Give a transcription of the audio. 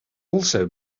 also